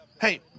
Hey